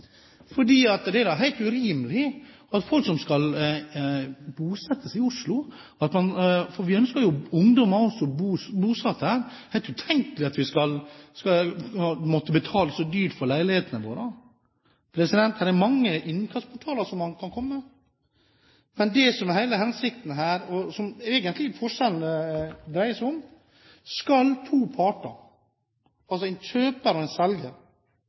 fordi det er helt urimelig og utenkelig at folk som skal bosette seg i Oslo – for vi ønsker jo ungdom bosatt her – skal måtte betale så dyrt for leilighetene sine. Det er mange innganger man kan komme med. Men det som er hele hensikten her, og som egentlig forskjellene dreier seg om, er: Skal to parter, altså en kjøper og en